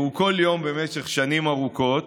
והוא כל יום במשך שנים ארוכות,